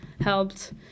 helped